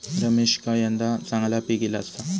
रमेशका यंदा चांगला पीक ईला आसा